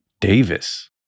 Davis